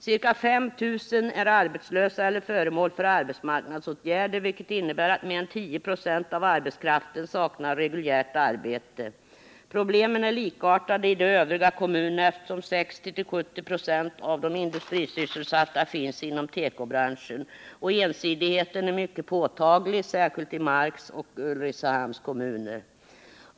Ca 5 000 är arbetslösa eller föremål för arbetsmarknadsåtgärder, vilket innebär att mer än 10 26 av arbetskraften saknar reguljärt arbete. Problemen är likartade i de övriga kommunerna, eftersom 60-70 26 av de industrisysselsatta finns inom tekobranschen. Ensidigheten är mycket påtaglig, särskilt i Marks och Ulricehamns kommuner.